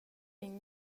din